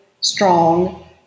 strong